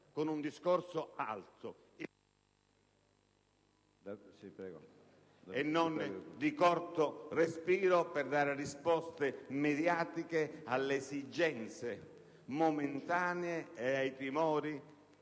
con un discorso alto, impegnativo, e non di corto respiro per dare risposte mediatiche alle esigenze momentanee e ai timori